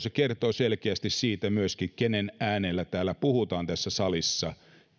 se kertoo selkeästi myöskin siitä kenen äänellä keskimäärin puhutaan tässä salissa